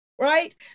right